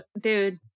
Dude